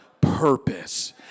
purpose